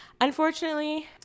Unfortunately